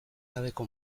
gabeko